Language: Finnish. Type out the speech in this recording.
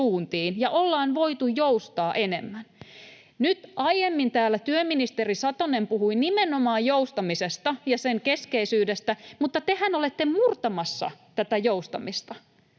ja ollaan voitu joustaa enemmän. Nyt aiemmin täällä työministeri Satonen puhui nimenomaan joustamisesta ja sen keskeisyydestä, mutta tehän olette murtamassa tätä joustamista,